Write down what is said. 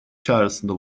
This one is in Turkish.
çağrısında